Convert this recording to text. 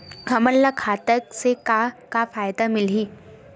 हमन ला खाता से का का फ़ायदा मिलही?